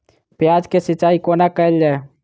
प्याज केँ सिचाई कोना कैल जाए?